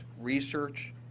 Research